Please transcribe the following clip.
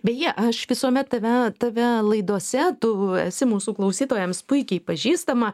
beje aš visuomet tave tave laidose tu esi mūsų klausytojams puikiai pažįstama